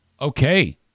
Okay